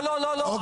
לא, לא.